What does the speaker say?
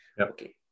Okay